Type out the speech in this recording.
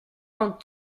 ont